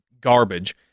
garbage